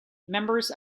members